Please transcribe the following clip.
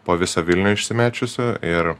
po visą vilnių išsimėčiusių ir